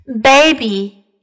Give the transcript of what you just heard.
Baby